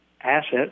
assets